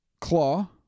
Claw